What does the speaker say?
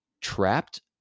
trapped